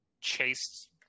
chased